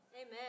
Amen